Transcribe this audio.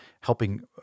helping